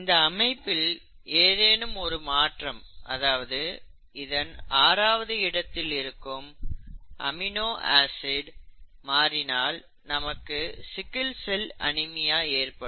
இந்த அமைப்பில் ஏதேனும் ஒரு மாற்றம் அதாவது இதன் ஆறாவது இடத்தில் இருக்கும் அமினோ ஆசிட் மாறினால் நமக்கு சிக்கில் செல் அனிமியா ஏற்படும்